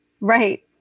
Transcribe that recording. right